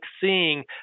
seeing